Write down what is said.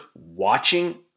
watching